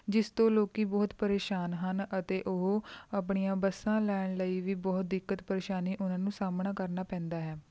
ਜਿਸ ਤੋਂ ਲੋਕ ਬਹੁਤ ਪਰੇਸ਼ਾਨ ਹਨ ਅਤੇ ਉਹ ਆਪਣੀਆਂ ਬੱਸਾਂ ਲੈਣ ਲਈ ਵੀ ਬਹੁਤ ਦਿੱਕਤ ਪਰੇਸ਼ਾਨੀ ਉਹਨਾਂ ਨੂੰ ਸਾਹਮਣਾ ਕਰਨਾ ਪੈਂਦਾ ਹੈ